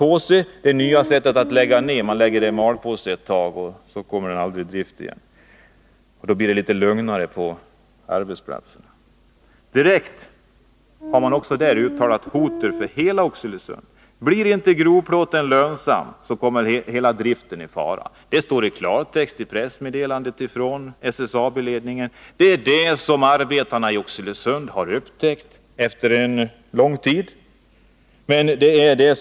Det är det nya sättet att lägga ned en verksamhet — man lägger den i malpåse ett tag och sedan tas den aldrig upp igen. På det sättet blir det litet lugnare på arbetsplatsen. Direkt har man också uttalat ett hot mot hela Oxelösund -— blir inte grovplåten lönsam kommer hela driften i fara. Det står i klartext i pressmeddelandet från SSAB-ledningen. Det är detta som arbetarna i Oxelösund efter lång tid har upptäckt.